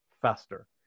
faster